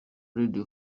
radio